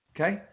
Okay